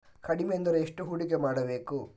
ಕಡಿಮೆ ಎಂದರೆ ಎಷ್ಟು ಹೂಡಿಕೆ ಮಾಡಬೇಕು?